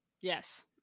Yes